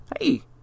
Hey